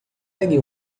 pegue